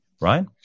right